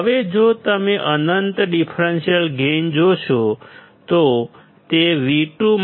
હવે જો તમે અનંત ડિફરન્સીયલ ગેઇન જોશો તો તે V2 V1 છે